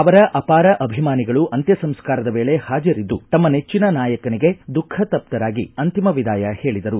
ಅವರ ಅಪಾರ ಅಭಿಮಾನಿಗಳು ಅಂತ್ಯಸಂಸ್ಕಾರದ ವೇಳೆ ಹಾಜರಿದ್ದು ತಮ್ಮ ನೆಚ್ಚಿನ ನಾಯಕನಿಗೆ ದುಃಖತಪ್ತರಾಗಿ ಅಂತಿಮ ವಿದಾಯ ಹೇಳಿದರು